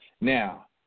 Now